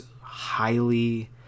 highly